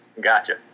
Gotcha